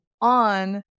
on